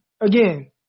again